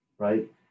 Right